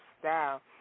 Style